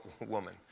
woman